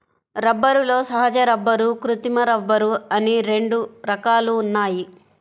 రబ్బరులో సహజ రబ్బరు, కృత్రిమ రబ్బరు అని రెండు రకాలు ఉన్నాయి